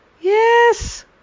Yes